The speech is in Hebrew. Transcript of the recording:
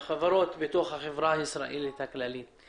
בתוך החברה הישראלית הכללית.